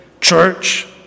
church